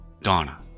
Donna